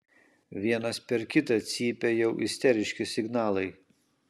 vienas per kitą cypia jau isteriški signalai